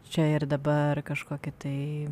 čia ir dabar kažkokią tai